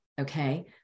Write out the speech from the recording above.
Okay